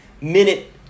minute